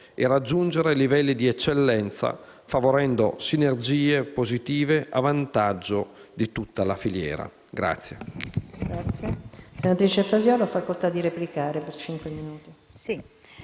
e raggiungere livelli di eccellenza, favorendo sinergie positive a vantaggio di tutta la filiera.